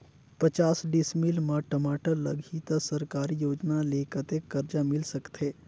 पचास डिसमिल मा टमाटर लगही त सरकारी योजना ले कतेक कर्जा मिल सकथे?